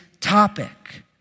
topic